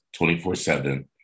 24-7